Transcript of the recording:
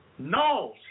No